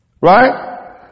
Right